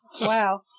Wow